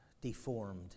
deformed